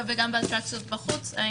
וגם באטרקציות בחוץ.